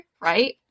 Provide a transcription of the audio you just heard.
Right